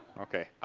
okay.